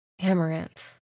Amaranth